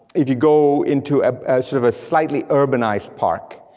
if you go into sort of a slightly urbanized park.